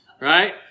right